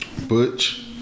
Butch